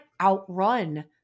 outrun